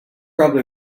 probably